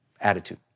attitude